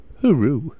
hooroo